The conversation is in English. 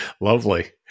Lovely